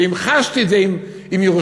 והמחשתי את זה עם ירושלים.